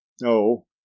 No